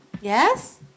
Yes